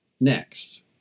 next